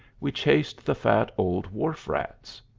we chased the fat old wharf-rats!